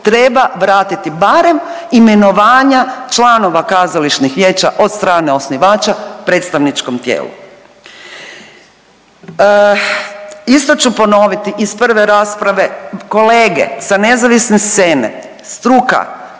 treba vratiti barem imenovanja članova kazališnih vijeća od strane osnivača predstavničkom tijelu. Isto ću ponoviti iz prve rasprave kolege sa nezavisne scene, struka